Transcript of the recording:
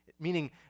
Meaning